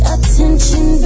Attention